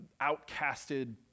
outcasted